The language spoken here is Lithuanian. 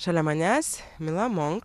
šalia manęs mila monk